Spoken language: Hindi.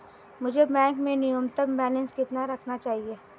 मुझे बैंक में न्यूनतम बैलेंस कितना रखना चाहिए?